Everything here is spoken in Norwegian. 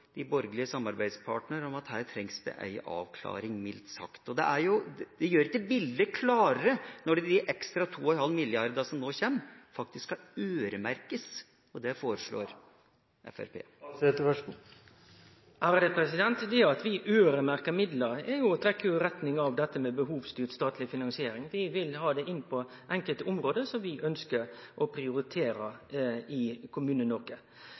de rød-grønne alene, også de borgerlige samarbeidspartnerne mener nok at her trengs det ei avklaring, mildt sagt. Det gjør ikke bildet klarere når de ekstra 2,5 mrd. kr som nå kommer, faktisk skal øremerkes – for det foreslår Fremskrittspartiet. Det at vi øyremerkjer midlar, er jo å trekkje i retning av behovsstyrt statleg finansiering. Vi vil ha det inn på enkelte område som vi ønskjer å prioritere i